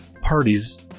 parties